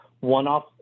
one-off